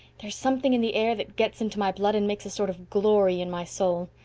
there's something in the air that gets into my blood and makes a sort of glory in my soul.